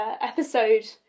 episode